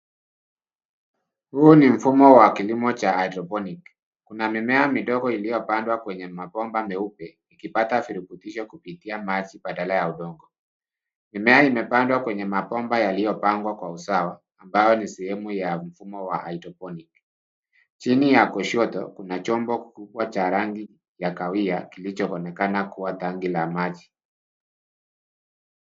Huu ni mfumo wa kilimo cha hydroponic . Kuna mimea midogo iliyopandwa kwenye mabomba meupe ikipata virutubisho kupitia maji baadala ya udongo. Mimea imepandwa kwenye mabomba yaliyopangwa kwa usawa ambayo ni sehemu ya mfumo wa hydroponic . Chini ya kushoto, kuna chombo kubwa cha rangi ya kahawia kilichoonekana kuwa tangi la maji.